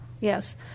Yes